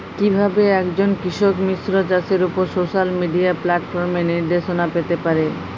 কিভাবে একজন কৃষক মিশ্র চাষের উপর সোশ্যাল মিডিয়া প্ল্যাটফর্মে নির্দেশনা পেতে পারে?